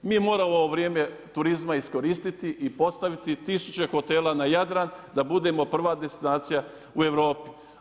Mi moramo ovo vrijeme turizma iskoristiti i postaviti tisuće hotela na Jadran da budemo prva destinacija u Europi.